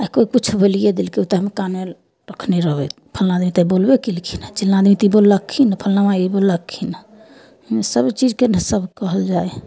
आओर कोइ किछु बोलिए देलकै ओ तऽ हम काने रखने रहबै फल्लाँ आदमी तऽ बोलबे केलखिन हँ चिल्लाँ आदमी तऽ ई बोललखिन फल्लाँमा ई बोललखिन सबचीजके ने सब कहल जाइ हइ